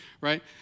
right